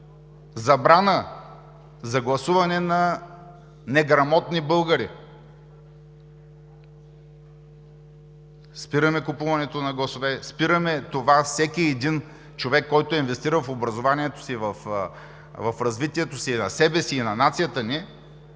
забрана за гласуване на неграмотни българи; спираме купуването на гласове. Спираме това всеки един човек, който е инвестирал в образованието си, в развитието си – на себе си и на нацията ни,